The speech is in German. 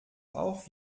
auch